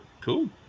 Cool